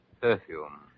Perfume